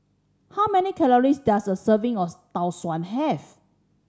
how many calories does a serving of Tau Suan have